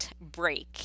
break